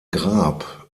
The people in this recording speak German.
grab